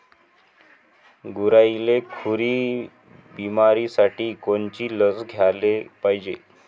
गुरांइले खुरी बिमारीसाठी कोनची लस द्याले पायजे?